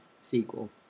sequel